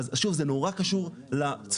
שוב זה נורא קשור לצפיפות,